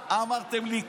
אמרתם שהיא לא מתאימה,